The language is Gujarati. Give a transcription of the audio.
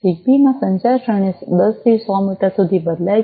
જીગબી માં સંચાર શ્રેણી 10 થી 100 મીટર સુધી બદલાય છે